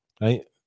right